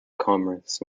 commerce